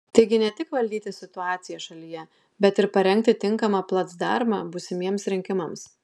taigi ne tik valdyti situaciją šalyje bet ir parengti tinkamą placdarmą būsimiems rinkimams